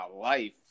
life